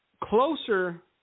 closer